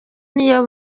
niyo